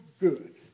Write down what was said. good